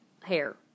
hair